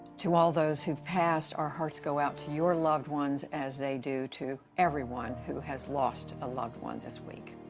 to all those who have passed, our hearts go out to your loved ones, as they do to everyone who has lost a loved one this week.